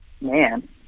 Man